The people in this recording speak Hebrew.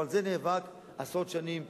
הוא נאבק על זה עשרות שנים,